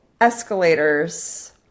escalators